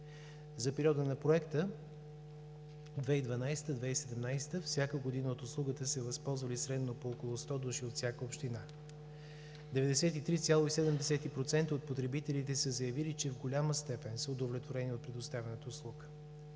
за периода на Проекта 2012 – 2017 г. от услугата са се възползвали средно около 100 души от всяка община. 93,7% от потребителите са заявили, че в голяма степен са удовлетворени от предоставената услуга.